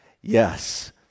Yes